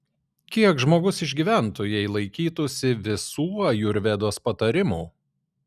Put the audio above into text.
kiek žmogus išgyventų jei laikytųsi visų ajurvedos patarimų